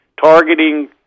targeting